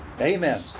Amen